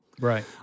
Right